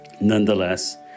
Nonetheless